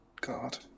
God